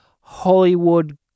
Hollywood